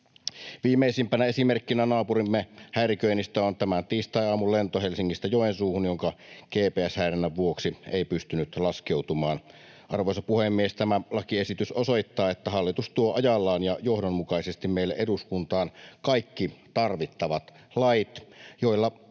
Viimeisimpänä esimerkkinä naapurimme häiriköinnistä on tämän tiistaiaamun lento Helsingistä Joensuuhun, joka GPS-häirinnän vuoksi ei pystynyt laskeutumaan. Arvoisa puhemies! Tämä lakiesitys osoittaa, että hallitus tuo ajallaan ja johdonmukaisesti meille eduskuntaan kaikki tarvittavat lait, joilla vastataan